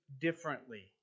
differently